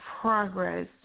progress